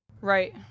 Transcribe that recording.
Right